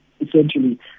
essentially